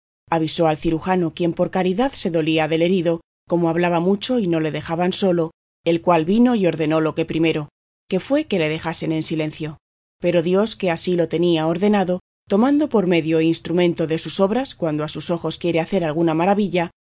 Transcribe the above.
avisó al cirujano quien por caridad se dolía del herido como hablaba mucho y no le dejaban solo el cual vino y ordenó lo que primero que fue que le dejasen en silencio pero dios que así lo tenía ordenado tomando por medio e instrumento de sus obras